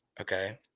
Okay